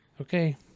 Okay